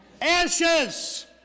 Ashes